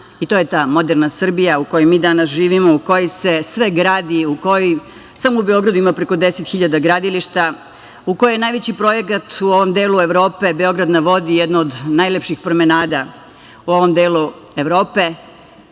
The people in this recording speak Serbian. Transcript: i to je ta moderna Srbija u kojoj mi danas živimo, u kojoj se sve gradi, u kojoj samo u Beogradu ima preko deset hiljada gradilišta, u kojoj najveći projekat u ovom delu Evropi, „Beograd na vodi“, jedna od najlepših promenada u ovom delu Evrope.